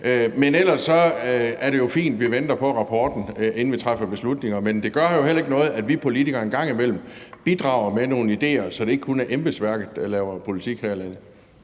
Men ellers er det jo fint, at vi venter på rapporten, inden vi træffer beslutninger. Men det gør jo heller ikke noget, at vi politikere en gang imellem bidrager med nogle idéer, så det ikke kun er embedsværket, der laver politik her i landet.